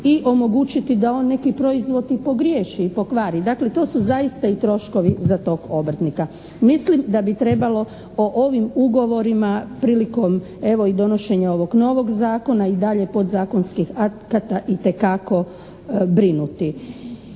i omogućiti da on neki proizvod i pogriješi i pokvari. Dakle to su zaista i troškovi za tog obrtnika. Mislim da bi trebalo o ovim ugovorima prilikom evo i donošenja ovog novog zakona i dalje podzakonskih akata itekako brinuti.